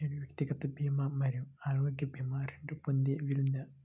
నేను వ్యక్తిగత భీమా మరియు ఆరోగ్య భీమా రెండు పొందే వీలుందా?